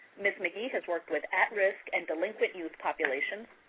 ms. mcgee has worked with at-risk and delinquent youth populations,